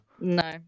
No